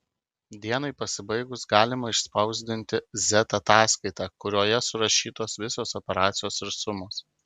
dienai pasibaigus galima išspausdinti z ataskaitą kurioje surašytos visos operacijos ir sumos